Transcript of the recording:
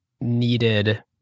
needed